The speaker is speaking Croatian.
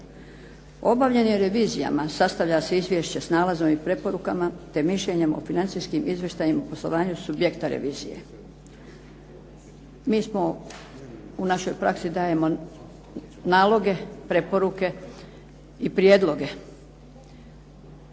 Obavljanje revizijama sastavlja se izvješće s nalazom i preporukama te mišljenjem o financijskim izvještajem o poslovanju subjekta revizije. Mi smo, u našoj praksi dajemo naloge, preporuke i prijedloge.